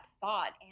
thought